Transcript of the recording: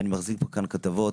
ואני מחזיק כאן כתבות: